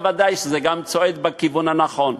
ודאי שזה גם צועד בכיוון הנכון,